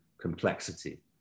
complexity